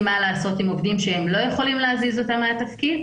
מה לעשות עם עובדים שהם לא יכולים להזיז אותם מהתפקיד,